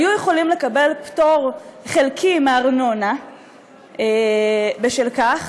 היו יכולים לקבל פטור חלקי מארנונה בשל כך,